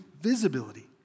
visibility